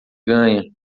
ganha